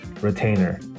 retainer